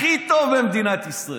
הכי טוב למדינת ישראל.